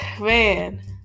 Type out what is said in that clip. Man